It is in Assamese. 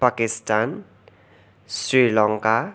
পাকিস্তান শ্ৰীলংকা